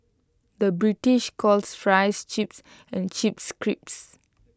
the British calls Fries Chips and Chips Crisps